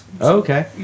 okay